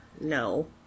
No